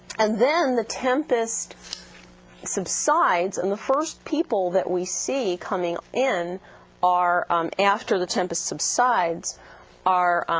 and then the tempest subsides and the first people that we see coming in are um after the tempest subsides our